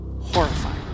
horrifying